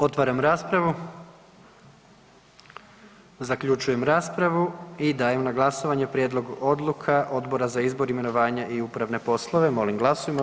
Otvaram raspravu, zaključujem raspravu i dajem na glasovanje prijedlog odluka Odbora za izbor, imenovanje i upravne poslove, molim glasujmo.